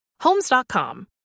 Homes.com